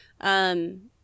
Um-